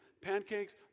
Pancakes